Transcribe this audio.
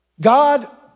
God